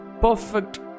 perfect